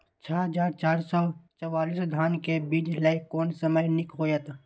छः हजार चार सौ चव्वालीस धान के बीज लय कोन समय निक हायत?